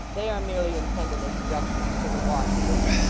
they are merely intended as directions to the washerwoman,